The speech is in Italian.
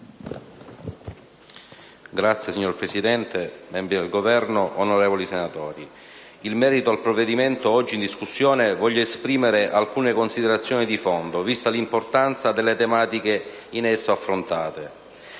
890** Signor Presidente, signori del Governo, onorevoli senatori, in merito al provvedimento oggi in discussione voglio esprimere alcune considerazioni di fondo, vista l'importanza delle tematiche in esso affrontate.